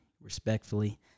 respectfully